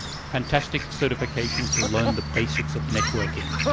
fantastic certification to learn the basics of networking.